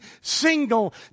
single